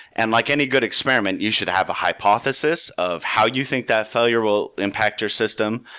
and like any good experiment, you should have a hypothesis of how you think that failure will impact your system.